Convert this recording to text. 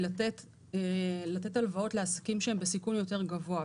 לתת הלוואות לעסקים שהם בסיכון יותר גבוה,